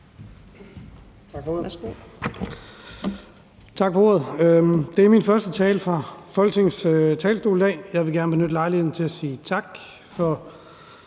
Tak for ordet. Det er min første tale fra Folketingets talerstol. Jeg vil gerne benytte lejligheden til at sige tak for